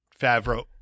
Favreau